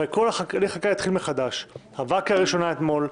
הרי כל הליך החקיקה יתחיל מחדש עבר קריאה ראשונה אתמול,